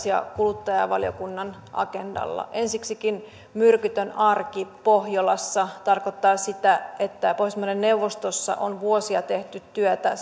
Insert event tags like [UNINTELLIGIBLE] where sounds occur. [UNINTELLIGIBLE] ja kuluttajavaliokunnan agendalla ensiksikin myrkytön arki pohjolassa tarkoittaa sitä että pohjoismaiden neuvostossa on vuosia tehty työtä [UNINTELLIGIBLE]